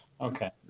Okay